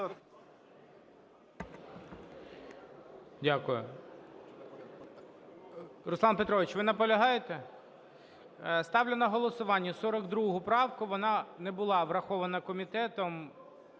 Руслан Петрович, ви наполягаєте? Ставлю на голосування 42 правку, вона не була врахована комітетом,